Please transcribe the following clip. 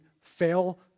fail